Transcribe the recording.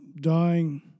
dying